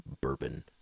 bourbon